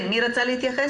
מי רצה להתייחס?